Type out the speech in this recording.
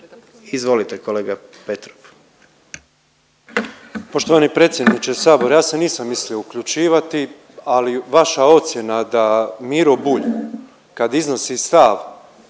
Izvolite kolega Petrov,